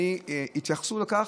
וכבר התייחסו לכך,